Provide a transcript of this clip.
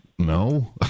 No